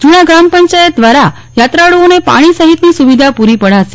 જુણા ગ્રામ પંચાયત દ્વારા યાત્રાળુઓને પાણી સહિતની સુવિધા પ્રરી પડાશે